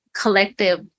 collective